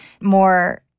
more